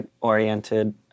oriented